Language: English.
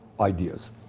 ideas